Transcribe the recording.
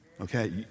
Okay